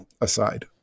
aside